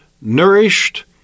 nourished